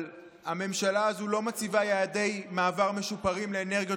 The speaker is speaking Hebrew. אבל הממשלה הזו לא מציבה יעדי מעבר משופרים לאנרגיות